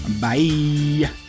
bye